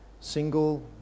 single